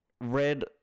red